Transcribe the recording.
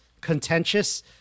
contentious